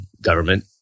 Government